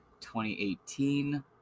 2018